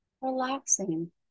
relaxing